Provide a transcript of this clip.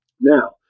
now